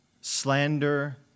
slander